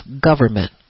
government